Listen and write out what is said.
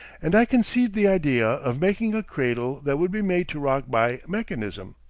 and i conceived the idea of making a cradle that would be made to rock by mechanism.